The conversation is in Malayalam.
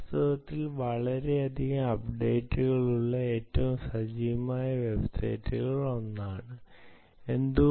വാസ്തവത്തിൽ വളരെയധികം അപ്ഡേറ്റുകൾ ഉള്ള ഏറ്റവും സജീവമായ വെബ്സൈറ്റുകളിൽ ഒന്നാണിത്